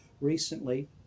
recently